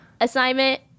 assignment